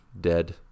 dead